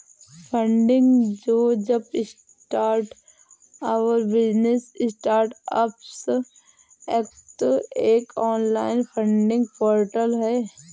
funding जो jumpstart our business startups act एक online funding portal है